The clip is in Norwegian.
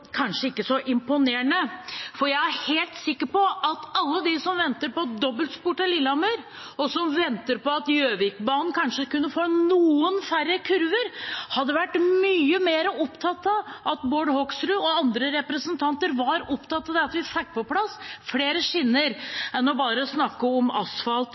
kanskje ikke så imponerende. Jeg er helt sikker på at alle de som venter på dobbeltspor til Lillehammer, og som venter på at Gjøvikbanen kanskje kunne få noen færre kurver, hadde ønsket at Bård Hoksrud og andre representanter var mer opptatt av at vi fikk på plass flere skinner enn bare å snakke om asfalt